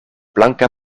blanka